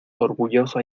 orgullosa